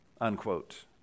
Unquote